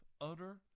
utter